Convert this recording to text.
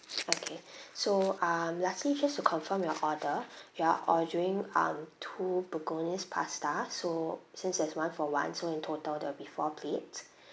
okay so um lastly just to confirm your order you're ordering um two bolognese pasta so since it's one-for-one so in total there'll be four plates